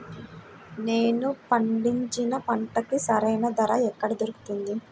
నేను పండించిన పంటకి సరైన ధర ఎక్కడ దొరుకుతుంది?